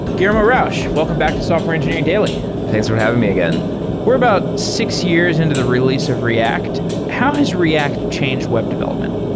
guillermo rauch, welcome back to software engineering daily thanks for having me again we're about six years into the release of react. how has react change web development?